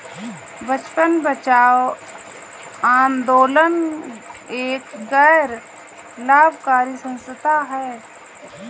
बचपन बचाओ आंदोलन एक गैर लाभकारी संस्था है